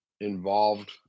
involved